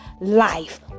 life